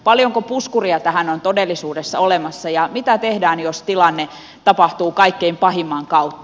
paljonko puskuria tähän on todellisuudessa olemassa ja mitä tehdään jos tilanne tapahtuu kaikkein pahimman kautta